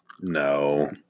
No